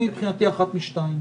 מבחינתי אחת משתיים: